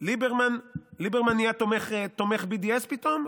ליברמן נהיה תומך BDS פתאום?